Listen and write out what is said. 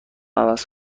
عوض